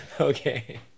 Okay